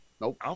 Nope